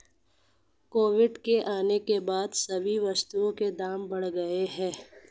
Covid के आने के बाद सभी वस्तुओं के दाम बढ़ गए हैं